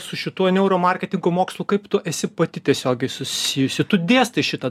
su šituo neuromarketingo mokslu kaip tu esi pati tiesiogiai susijusi tu dėstai šitą